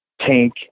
tank